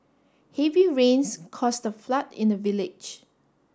heavy rains caused the flood in the village